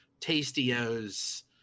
Tastio's